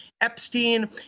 Epstein